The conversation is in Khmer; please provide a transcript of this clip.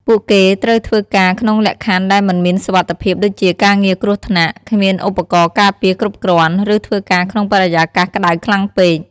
ពួកគេត្រូវធ្វើការក្នុងលក្ខខណ្ឌដែលមិនមានសុវត្ថិភាពដូចជាការងារគ្រោះថ្នាក់ គ្មានឧបករណ៍ការពារគ្រប់គ្រាន់ ឬធ្វើការក្នុងបរិយាកាសក្ដៅខ្លាំងពេក។